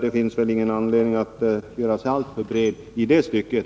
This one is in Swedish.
Det finns därför ingen anledning för Rolf Rämgård att göra sig alltför bred i det stycket.